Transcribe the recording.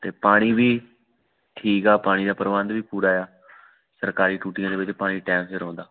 ਅਤੇ ਪਾਣੀ ਵੀ ਠੀਕ ਆ ਪਾਣੀ ਦਾ ਪ੍ਰਬੰਧ ਵੀ ਪੂਰਾ ਆ ਸਰਕਾਰੀ ਟੂਟੀਆਂ ਦੇ ਵਿੱਚ ਪਾਣੀ ਟੈਮ ਸਿਰ ਆਉਂਦਾ